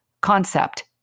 concept